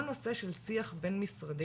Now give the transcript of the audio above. כל נושא של שיח בין משרדי